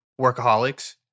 workaholics